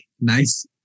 nice